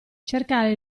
cercare